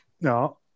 No